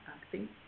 acting